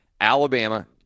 Alabama